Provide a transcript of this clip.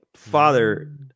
father